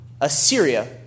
Assyria